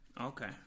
Okay